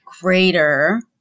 greater